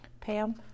Pam